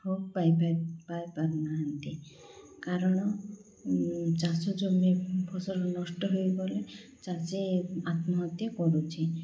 ହକ ପାଇ ପାଇ ପାରୁନାହାନ୍ତି କାରଣ ଚାଷ ଜମି ଫସଲ ନଷ୍ଟ ହେଇଗଲେ ଚାଷୀ ଆତ୍ମହତ୍ୟା କରୁଛି